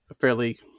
fairly